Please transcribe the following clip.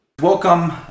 Welcome